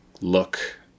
look